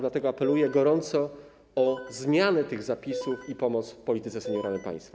Dlatego apeluję gorąco o zmianę tych zapisów i pomoc w polityce senioralnej państwa.